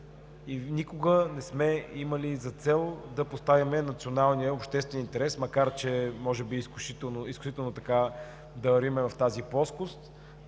и никога не сме имали за цел да поставяме националния, обществения интерес, макар изключително да вървим в тази плоскост,